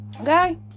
Okay